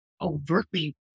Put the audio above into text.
overtly